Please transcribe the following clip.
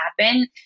happen